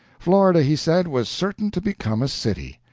florida, he said, was certain to become a city.